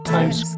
Times